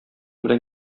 белән